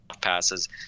passes